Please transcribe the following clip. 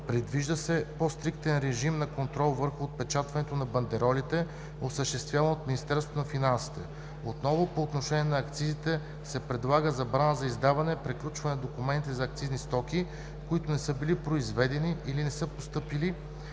Предвижда се по-стриктен режим на контрола върху отпечатването на бандеролите, осъществяван от Министерството на финансите. Отново по отношение на акцизите се предлага забрана за издаване/приключване на документи за акцизни стоки, които не са били произведени или не са постъпили